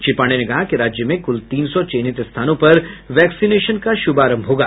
श्री पांडेय ने कहा कि राज्य में कुल तीन सौ चिह्नित स्थानों पर वैक्सीनेशन का शुभारंभ होगा